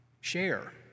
Share